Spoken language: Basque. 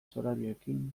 zorabioekin